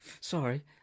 Sorry